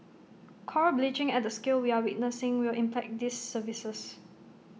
Coral bleaching at the scale we are witnessing will impact these services